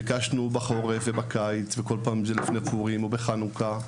ביקשנו בחורף ובקיץ, לפני פורים, בחנוכה,